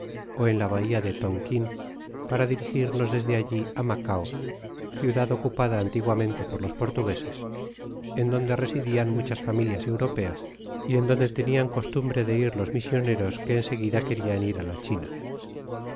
ó en la bahia de tonquin para dirigirnos desde alli á macao ciubad ocupada antiguamente por los portugueses en donde residian muchas familias europeas y en donde tenian costumbre de ir ios misioneros que en seguida querian ir á la chin